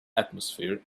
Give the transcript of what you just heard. atmosphere